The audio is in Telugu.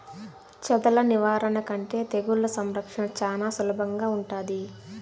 చెదల నివారణ కంటే తెగుళ్ల సంరక్షణ చానా సులభంగా ఉంటాది